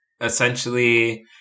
essentially